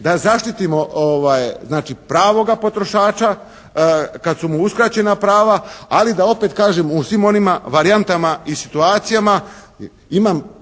da zaštitimo pravoga potrošača, kad su mu uskraćena prava. Ali da opet kažem, u svim onima varijantama i situacijama